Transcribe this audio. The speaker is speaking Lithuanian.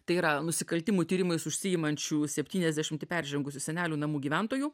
tai yra nusikaltimų tyrimais užsiimančių septyniasdešimtį peržengusių senelių namų gyventojų